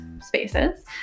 spaces